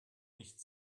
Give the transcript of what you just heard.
nicht